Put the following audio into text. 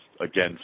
again